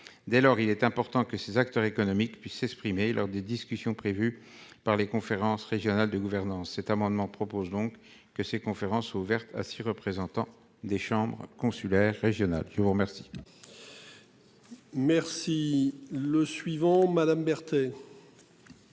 Dès lors, il est important que ces acteurs économiques puissent s'exprimer lors des discussions prévues par les conférences régionales de gouvernance cet amendement propose donc que ces conférences ouvertes à 6 représentants des chambres consulaires. Qui vous remercie.